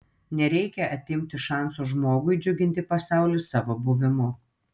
nereikia atimti šanso žmogui džiuginti pasaulį savo buvimu